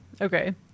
Okay